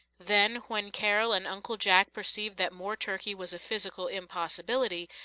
then, when carol and uncle jack perceived that more turkey was a physical impossibility,